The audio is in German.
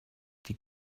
die